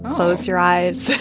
close your eyes.